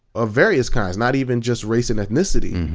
of various kinds, not even just race and ethnicity.